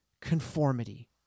conformity